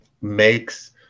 makes